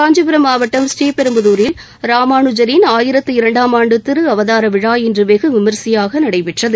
காஞ்சிபுரம் மாவட்டம் பூரீபெரும்புதூரில் ராமானுஜரின் ஆயிரத்து இரண்டாம் ஆண்டு திருஅவதார விழா இன்று வெகு விமரிசையாக நடைபெற்றது